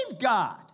God